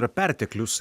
yra perteklius